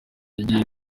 yagiye